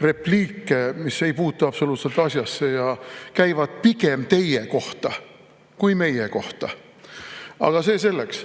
repliike, mis ei puutu absoluutselt asjasse ja käivad pigem teie kohta kui meie kohta. Aga see selleks.